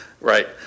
right